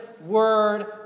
word